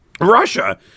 Russia